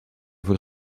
voor